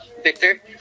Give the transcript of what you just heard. Victor